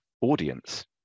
audience